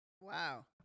Wow